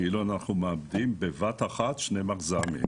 כאילו שאנחנו מאבדים בבת אחת שני מחז"מים.